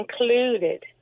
included